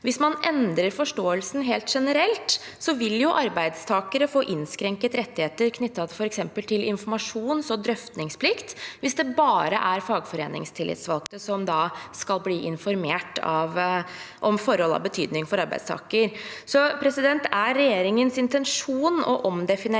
Hvis man endrer forståelsen helt generelt, vil jo arbeidstakere få innskrenket rettigheter knyttet f.eks. til informasjons- og drøftingsplikt, hvis det bare er fagforeningstillitsvalgte som skal bli informert om forhold av betydning for arbeidstaker. Er regjeringens intensjon å omdefinere